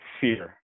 fear